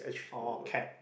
oh cab